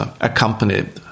accompanied